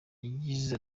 yagize